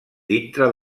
dintre